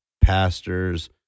pastors